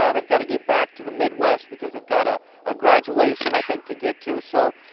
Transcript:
ah they've gotta get back to the midwest, because they've got a ah graduation i think to get to. so,